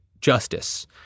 justice